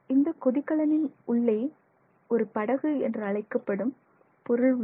இந்த கொதிகலனில் உள்ளே ஒரு படகு என்று அழைக்கப்படும் பொருள் உள்ளது